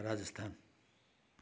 Rajasthan